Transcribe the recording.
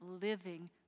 living